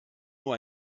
nur